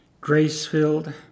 grace-filled